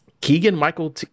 Keegan-Michael